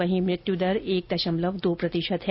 वहीं मृत्यु दर एक दशमलव दो प्रतिशत है